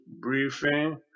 Briefing